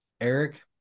Eric